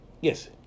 yes